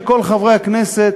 של כל חברי הכנסת,